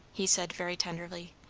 he said very tenderly.